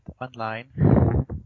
online